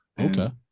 Okay